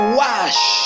wash